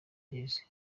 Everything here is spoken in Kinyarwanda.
cy’isi